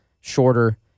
shorter